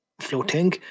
floating